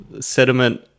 sediment